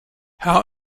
how